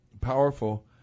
powerful